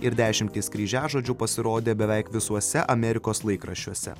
ir dešimtys kryžiažodžių pasirodė beveik visuose amerikos laikraščiuose